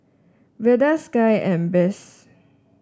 Velda Sky and Bess